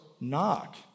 knock